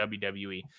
WWE